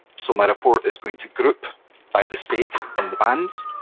so my report is going to group by the state in the bands,